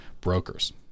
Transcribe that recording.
brokers